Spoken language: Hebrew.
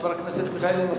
חבר הכנסת מיכאלי?